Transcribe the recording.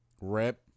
Rip